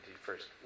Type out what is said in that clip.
first